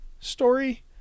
story